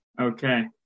Okay